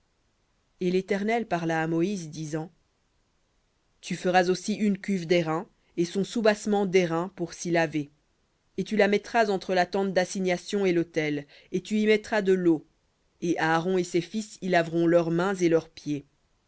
et l'éternel parla à moïse disant tu feras aussi une cuve d'airain et son soubassement d'airain pour s'y laver et tu la mettras entre la tente d'assignation et l'autel et tu y mettras de leau et aaron et ses fils y laveront leurs mains et leurs pieds